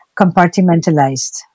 compartmentalized